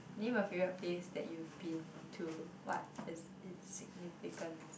name a favorite place that you've been to what is it's significance